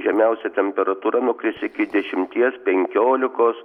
žemiausia temperatūra nukris iki dešimties penkiolikos